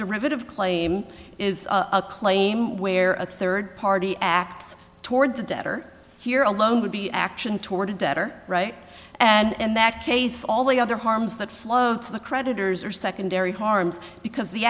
derivative claim is a claim where a third party acts toward the debtor here alone would be action toward a debtor right and that case all the other harms that flow to the creditors are secondary harms because the